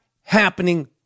happening